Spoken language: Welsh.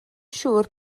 siŵr